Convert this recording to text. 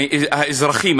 האזרחים,